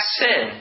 sin